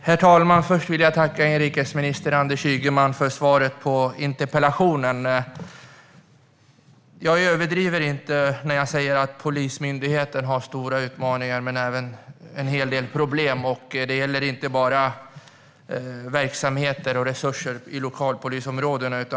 Herr talman! Jag vill börja med att tacka inrikesminister Anders Ygeman för svaret på interpellationen. Jag överdriver inte när jag säger att Polismyndigheten har stora utmaningar och en hel del problem. Det gäller inte bara verksamheter och resurser i lokalpolisområdena.